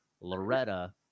Loretta